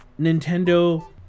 Nintendo